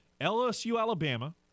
LSU-Alabama